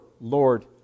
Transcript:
Lord